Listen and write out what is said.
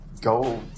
go